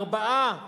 ארבעה מנהיגים,